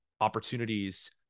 opportunities